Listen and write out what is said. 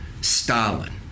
Stalin